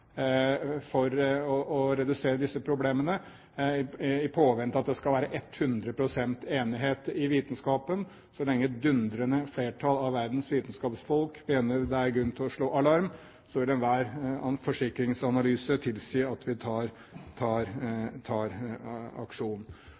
for å redusere disse problemene i påvente av at det skal være 100 pst. enighet i vitenskapen. Så lenge et dundrende flertall av verdens vitenskapsfolk mener det er grunn til å slå alarm, vil enhver forsikringsanalyse tilsi at vi tar